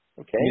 Okay